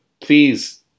please